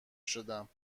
شدم